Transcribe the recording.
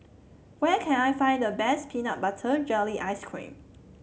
where can I find the best Peanut Butter Jelly Ice cream